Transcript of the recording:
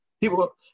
people